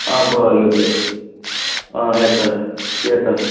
आं बरें बरें आं येतां येतां